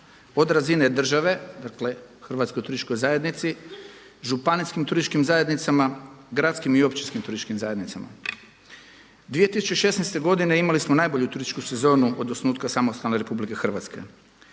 od razine države, dakle Hrvatskoj turističkoj zajednici, županijskim turističkim zajednicama, gradskim i općinskim turističkim zajednicama. 2016. godine imali smo najbolju turističku sezonu od osnutka samostalne Republike Hrvatske.